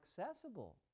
accessible